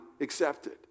accepted